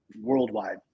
worldwide